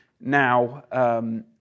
Now